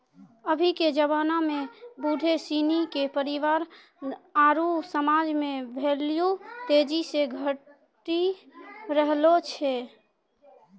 अभी के जबाना में बुढ़ो सिनी के परिवार आरु समाज मे भेल्यू तेजी से घटी रहलो छै